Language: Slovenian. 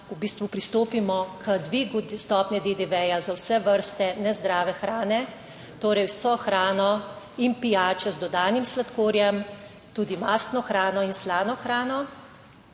v bistvu pristopimo k dvigu stopnje DDV za vse vrste nezdrave hrane, torej vso hrano in pijače z dodanim sladkorjem, tudi mastno hrano in slano hrano.